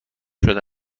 شده